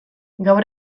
gaur